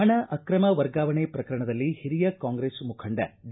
ಹಣ ಅಕ್ರಮ ವರ್ಗಾವಣೆ ಪ್ರಕರಣದಲ್ಲಿ ಹಿರಿಯ ಕಾಂಗ್ರೆಸ್ ಮುಖಂಡ ಡಿ